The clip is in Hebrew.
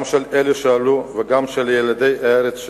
גם של אלו שעלו וגם של ילידי הארץ,